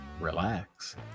relax